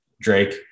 Drake